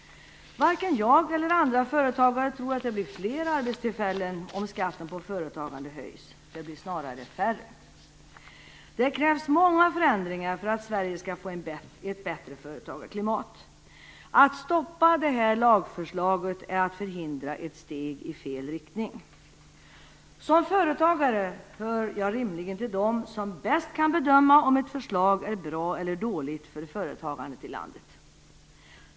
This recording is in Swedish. Varken jag eller andra företagare tror att det blir fler arbetstillfällen om skatten på företagande höjs. Det blir snarare färre. Det krävs många förändringar för att Sverige ska få ett bättre företagarklimat. Att stoppa det här lagförslaget är att förhindra ett steg i fel riktning. Som företagare hör jag rimligen till dem som bäst kan bedöma om ett förslag är bra eller dåligt för företagandet i landet.